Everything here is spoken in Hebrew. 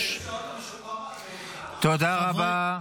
--- תודה רבה.